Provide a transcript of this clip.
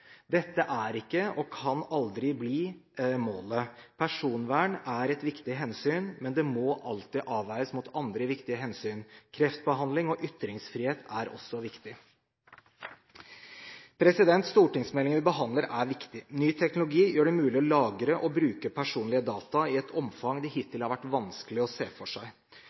Dette er ikke – og kan aldri bli – målet. Personvern er et viktig hensyn, men det må alltid avveies mot andre viktige hensyn. Kreftbehandling og ytringsfrihet er også viktig. Stortingsmeldingen vi behandler, er viktig. Ny teknologi gjør det mulig å lagre og bruke personlige data i et omfang det hittil har vært vanskelig å se for seg,